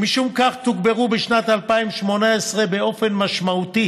ומשום כך תוגברו בשנת 2018 באופן משמעותי